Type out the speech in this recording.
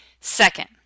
Second